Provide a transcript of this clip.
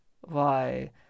Why